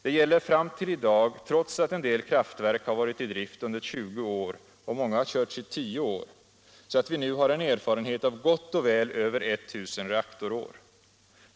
Det gäller fram till i dag trots att en del kraftverk har varit i drift under 20 år och många har körts i 10 år, så att vi nu har erfarenhet av gott och väl över 1000 reaktorår.